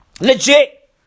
Legit